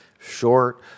short